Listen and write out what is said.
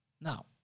Now